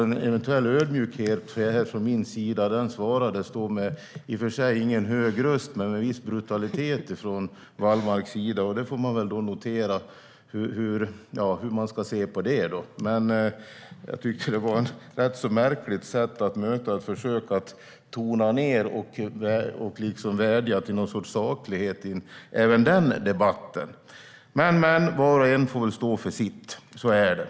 En eventuell ödmjukhet från min sida besvarades i och för sig inte med någon hög röst men med en viss brutalitet från Wallmarks sida. Det får man väl notera. Hur ska man se på det? Jag tycker att det var ett rätt märkligt sätt att möta ett försök att tona ned detta och att vädja till någon sorts saklighet även i den debatten. Men var och en får stå för sitt - så är det.